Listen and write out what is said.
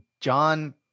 John